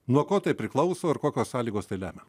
nuo ko tai priklauso ir kokios sąlygos tai lemia